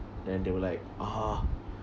then they will like ah